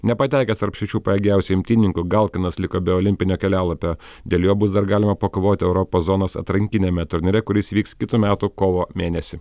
nepatekęs tarp šešių pajėgiausių imtynininkų galkinas liko be olimpinio kelialapio dėl jo bus dar galima pakovoti europos zonos atrankiniame turnyre kuris vyks kitų metų kovo mėnesį